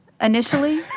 initially